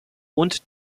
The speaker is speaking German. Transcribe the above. und